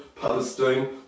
Palestine